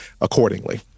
accordingly